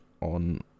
on